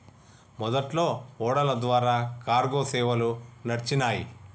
మొదట్లో ఓడల ద్వారా కార్గో సేవలు నడిచినాయ్